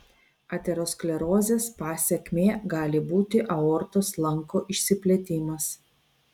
aterosklerozės pasekmė gali būti aortos lanko išsiplėtimas